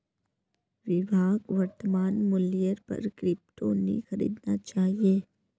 विभाक वर्तमान मूल्येर पर क्रिप्टो नी खरीदना चाहिए